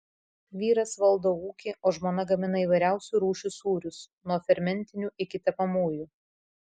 vyras valdo ūkį o žmona gamina įvairiausių rūšių sūrius nuo fermentinių iki tepamųjų